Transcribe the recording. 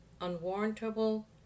unwarrantable